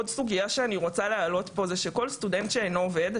עוד סוגייה שאני רוצה להעלות פה היא שכל סטודנט שאינו עובד,